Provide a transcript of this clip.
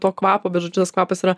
to kvapo bet žodžiu tas kvapas yra